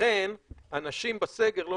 ולכן אנשים בסגר לא